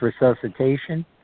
resuscitation